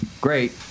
Great